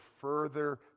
further